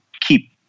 keep